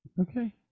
Okay